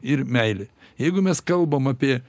ir meilė jeigu mes kalbam apie